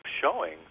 showing